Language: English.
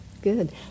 Good